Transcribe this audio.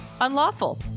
unlawful